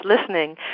listening